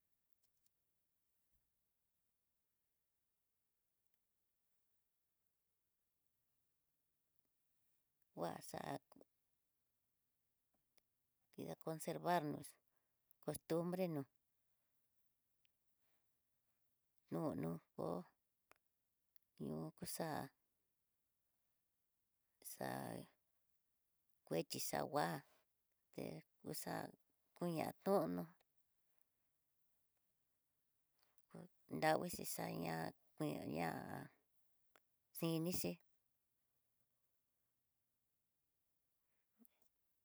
Kuaxa ki da conservar cost bre no no kó, nió kuxa'a xa'a kuechi xa nguá, té kuxa kuña tonó nravi xhixa ñá kuinañá xhinixí.